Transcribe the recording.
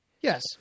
yes